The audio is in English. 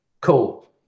Cool